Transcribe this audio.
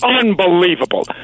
Unbelievable